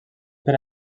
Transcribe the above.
per